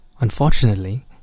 Unfortunately